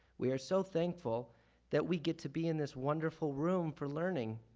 we are so thankful that we get to be in this wonderful room for learning.